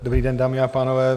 Dobrý den, dámy a pánové.